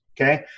okay